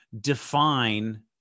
define